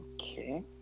Okay